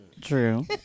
True